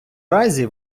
разі